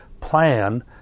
plan